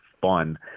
fun